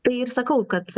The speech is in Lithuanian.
tai ir sakau kad